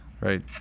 right